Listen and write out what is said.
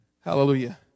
hallelujah